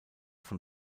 von